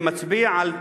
זה מצביע על,